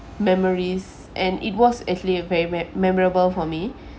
memories and it was actually a ver~ very memorable for me